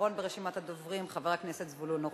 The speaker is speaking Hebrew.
אחרון ברשימת הדוברים, חבר הכנסת זבולון אורלב.